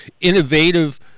innovative